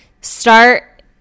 start